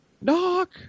Knock